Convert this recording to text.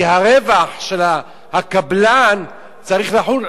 כי הרווח של הקבלן צריך לחול,